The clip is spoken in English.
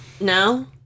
No